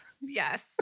yes